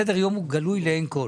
סדר היום גלוי לעיני כל.